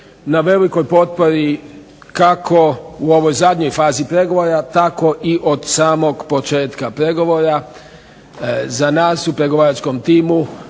na velikoj potpori kako u ovoj zadnjoj fazi pregovora tako i od samog početka pregovora za nas u pregovaračkom timu